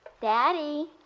Daddy